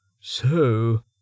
So